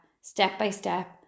step-by-step